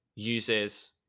Uses